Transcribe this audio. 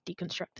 deconstructing